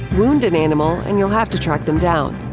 wound an animal and you'll have to track them down.